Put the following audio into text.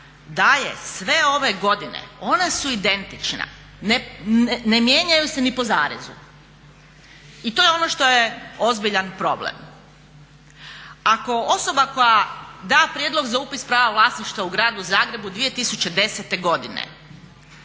daje sve ove godine ona su identična, ne mijenjaju se ni po zarezu. I to je ono što je ozbiljan problem. Ako osoba koja da prijedlog za upis prava vlasništva u Gradu Zagrebu 2010.godine,